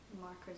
markers